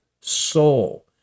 soul